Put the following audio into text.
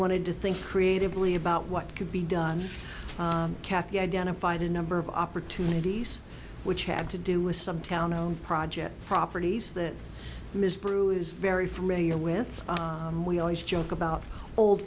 wanted to think creatively about what could be done kathy identified a number of opportunities which have to do with some town known project properties that ms brew is very familiar with we always joke about old